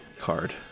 card